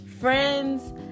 friends